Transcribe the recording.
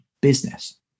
business